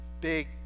big